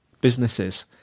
businesses